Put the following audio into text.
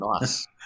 nice